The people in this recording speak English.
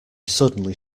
suddenly